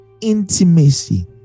intimacy